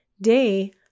day